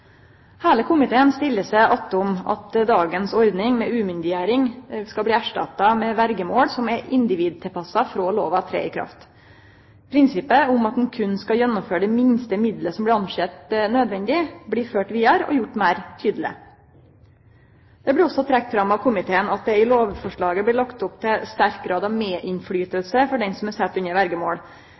Heile komiteen stiller seg attom at dagens ordning med umyndiggjering skal bli erstatta med verjemål som er individtilpassa, frå lova tek til å gjelde. Prinsippet om at ein berre skal gjennomføre det minste midlet som blir sett på som nødvendig, blir ført vidare og gjort meir tydeleg. Det blir også trekt fram av komiteen at det i lovforslaget blir lagt opp til sterk grad av medinnflytelse for den som er sett under